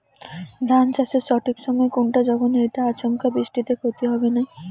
ধান চাষের সঠিক সময় কুনটা যখন এইটা আচমকা বৃষ্টিত ক্ষতি হবে নাই?